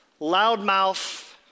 loudmouth